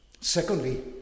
Secondly